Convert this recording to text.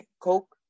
Coke